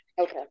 Okay